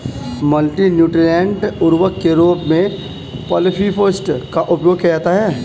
multi nutrient उर्वरक के रूप में पॉलिफॉस्फेट का उपयोग किया जाता है